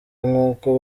nk’uko